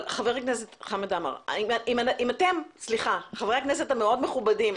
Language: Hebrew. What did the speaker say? אבל חבר הכנסת עמר וחברי הכנסת המכובדים